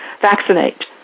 vaccinate